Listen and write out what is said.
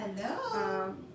Hello